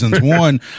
One